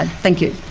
and thank you.